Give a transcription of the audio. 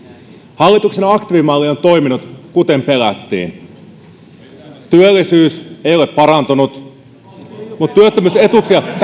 hallituksen aktiivimalli on toiminut kuten pelättiin työllisyys ei ole parantunut mutta työttömyysetuuksia